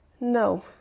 no